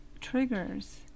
triggers